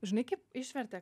žinai kaip išvertė